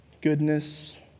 goodness